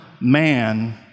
man